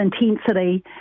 intensity